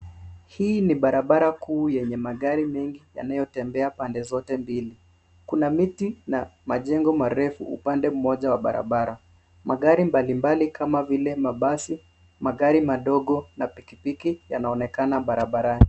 Hii ni barabara kuu yenye magari mengi yanayotembea pande zote mbili. Kuna miti na majengo marefu upande mmoja wa barabara. Magari mbalimbali kama vile mabasi, magari madogo na pikipiki yanaonekana barabarani.